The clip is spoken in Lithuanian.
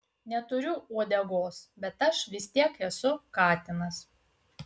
neturiu uodegos bet aš vis tiek esu katinas